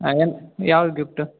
ಯಾವ್ದು ಗಿಫ್ಟು